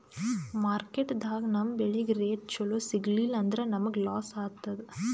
ಮಾರ್ಕೆಟ್ದಾಗ್ ನಮ್ ಬೆಳಿಗ್ ರೇಟ್ ಚೊಲೋ ಸಿಗಲಿಲ್ಲ ಅಂದ್ರ ನಮಗ ಲಾಸ್ ಆತದ್